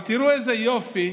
אבל תראו איזה יופי,